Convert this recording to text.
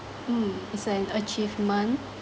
mm is an achievement